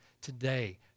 today